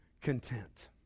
content